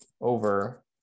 over